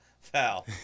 foul